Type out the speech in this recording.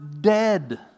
dead